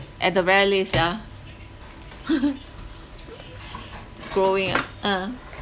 at the very least yeah growing ah ah